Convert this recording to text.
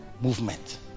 movement